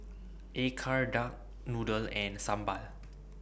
Acar Duck Noodle and Sambal